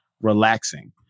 relaxing